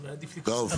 טוב.